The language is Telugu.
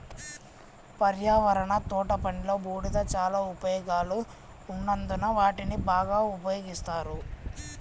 పర్యావరణ తోటపనిలో, బూడిద చాలా ఉపయోగాలు ఉన్నందున వాటిని బాగా ఉపయోగిస్తారు